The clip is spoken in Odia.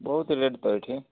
ବହୁତ ରେଟ୍ତ ଏଇଠି